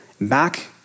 Back